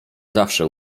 zawsze